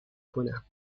کنم